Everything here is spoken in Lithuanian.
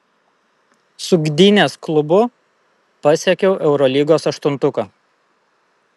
su gdynės klubu pasiekiau eurolygos aštuntuką